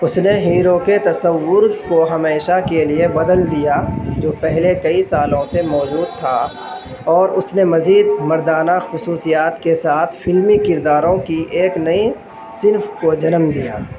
اس نے ہیرو کے تصّور کو ہمیشہ کے لیے بدل دیا جو پہلے کئی سالوں سے موجود تھا اور اس نے مزید مردانہ خصوصیات کے ساتھ فلمی کرداروں کی ایک نئی صنف کو جنم دیا